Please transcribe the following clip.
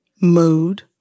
mood